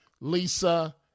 Lisa